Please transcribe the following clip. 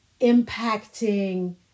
impacting